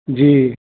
जी